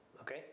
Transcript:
okay